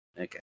Okay